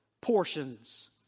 portions